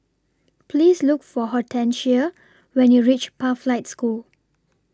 Please Look For Hortencia when YOU REACH Pathlight School